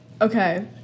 Okay